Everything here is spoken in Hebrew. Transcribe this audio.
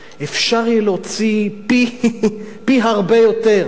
אפשר יהיה להוציא פי, הרבה יותר.